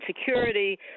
Security